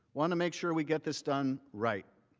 want to make sure we get this done right.